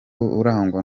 urangwa